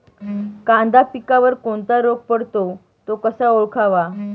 कांदा पिकावर कोणता रोग पडतो? तो कसा ओळखावा?